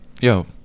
yo